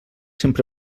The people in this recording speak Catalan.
sempre